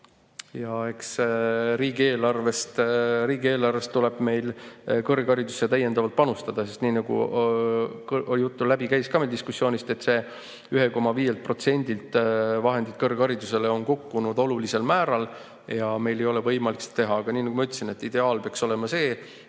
Ja eks riigieelarvest tuleb meil kõrgharidusse täiendavalt panustada, sest nii nagu jutt läbi käis meil diskussioonist, et 1,5%-lt on vahendid kõrgharidusele kukkunud olulisel määral ja meil ei ole võimalik seda teha. Aga nii nagu ma ütlesin, et ideaal peaks olema see, et